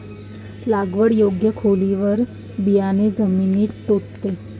लागवड योग्य खोलीवर बियाणे जमिनीत टोचते